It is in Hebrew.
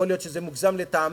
יכול להיות שזה מוגזם לטעמך,